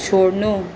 छोड्नु